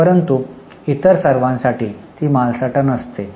परंतु इतर सर्वांसाठी ती मालसाठा नसते